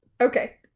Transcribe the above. Okay